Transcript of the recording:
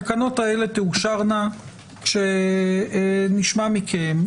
התקנות האלה תאושרנה כשנשמע מכם,